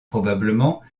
probablement